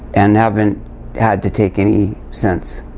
and haven't had to take any since.